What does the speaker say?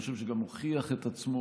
אני חושב שהוא גם הוכיח את עצמו,